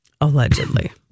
Allegedly